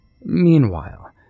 Meanwhile